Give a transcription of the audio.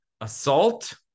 assault